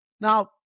Now